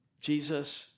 Jesus